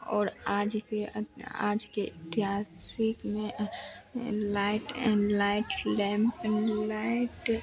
और आज के आज के ऐतिहासिक में एं लाइट एं लाइट लैंप लाएट